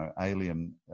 alien